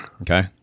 Okay